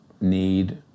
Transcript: need